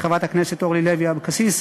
ולחברת הכנסת אורלי לוי אבקסיס,